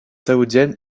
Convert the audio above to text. saoudienne